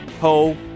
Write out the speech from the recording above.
ho